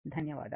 ధన్యవాదాలు